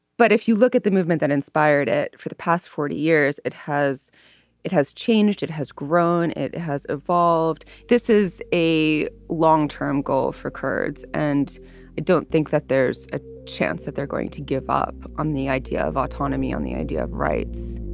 but if you look at the movement that inspired it for the past forty years it has it has changed it has grown it has evolved. this is a long term goal for kurds and it don't think that there's a chance that they're going to give up on the idea of autonomy on the idea of rights